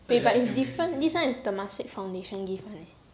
eh but it's different this [one] is temasek foundation give